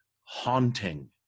haunting